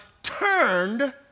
turned